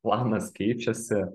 planas keičiasi